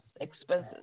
expenses